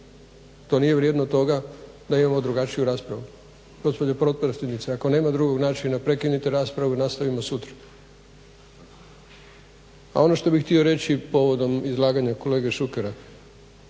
To nije vrijedno toga da imamo drugačiju raspravu. Gospođo potpredsjednice, ako nema drugog načina prekinite raspravu i nastavimo sutra. A ono što bih htio reći povodom izlaganja kolege Šukera.